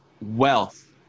wealth